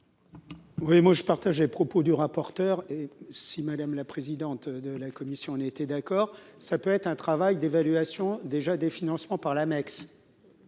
Oui, moi je partageais propos du rapporteur et si Madame la présidente de la commission, on était d'accord, ça peut être un travail d'évaluation déjà des financements par l'Amex